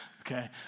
okay